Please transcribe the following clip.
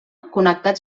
connectats